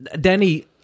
Danny